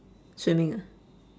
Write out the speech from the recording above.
swimming ah